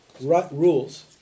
Rules